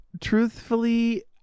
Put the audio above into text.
truthfully